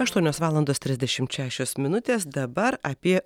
aštuonios valandos trisdešimt šešios minutės dabar apie